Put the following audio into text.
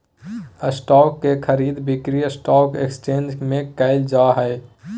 stock के खरीद बिक्री स्टॉक एकसचेंज में क़इल जा हइ